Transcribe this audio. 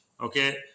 okay